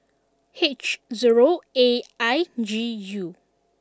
H zero A I G U